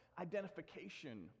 identification